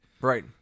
Right